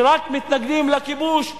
שרק מתנגדים לכיבוש,